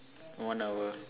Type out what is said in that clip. one hour